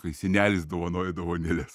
kai senelis dovanoja dovanėles